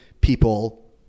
people